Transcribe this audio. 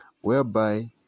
whereby